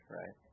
right